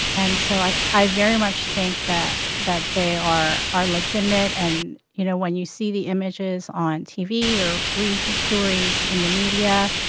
and so i i very much think that that they are are legitimate. and, you know, when you see the images on tv or read the stories in the media,